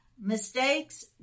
Mistakes